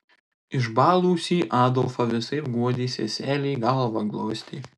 išbalusį adolfą visaip guodė seselė galvą glostė